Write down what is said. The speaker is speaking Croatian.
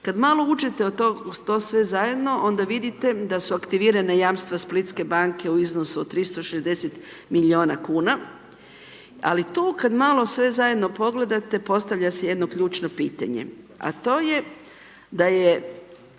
Kad malo uđete u to sve zajedno, onda vidite da su aktivirana jamstva Splitske banke u iznosu 360 milijuna kuna ali tu kad malo sve zajedno pogledate, postavlja se jedno ključno pitanje, a to je da je